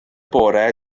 bore